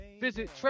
visit